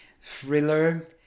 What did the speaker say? thriller